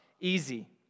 easy